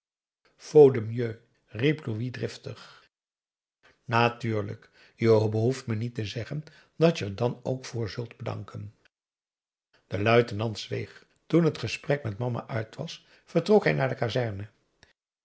mieux riep louis driftig natuurlijk je behoeft me niet te zeggen dat je er dan ook voor zult bedanken de luitenant zweeg toen het gesprek met mama uit was vertrok hij naar de kazerne